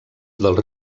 dels